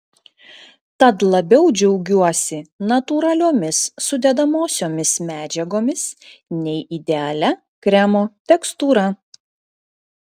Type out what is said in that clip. tad labiau džiaugiuosi natūraliomis sudedamosiomis medžiagomis nei idealia kremo tekstūra